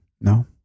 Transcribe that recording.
no